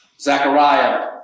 Zechariah